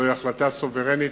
זוהי החלטה סוברנית,